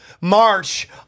march